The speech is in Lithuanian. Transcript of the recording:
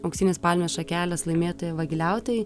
auksinės palmės šakelės laimėtoją vagiliautojai